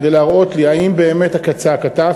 כדי להראות לי אם באמת כצעקתה,